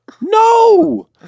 No